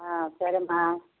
సరే అమ్మ